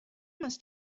must